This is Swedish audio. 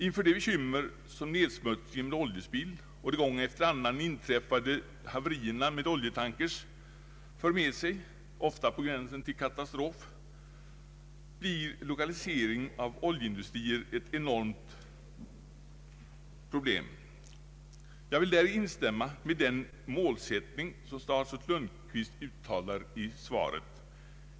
Inför de bekymmer som nedsmutsningen med oljespill och de gång efter annan inträffade haverierna med oljetankers för med sig, ofta på gränsen till katastrof, blir lokalisering av oljeindustrier ett enormt problem. Jag vill instämma i den målsättning som statsrådet uttalat i svaret.